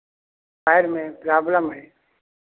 पैर में प्रॉब्लम है